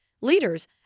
Leaders